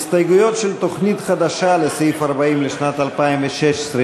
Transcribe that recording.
הסתייגויות של תוכנית חדשה לסעיף 40 לשנת 2016,